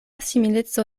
simileco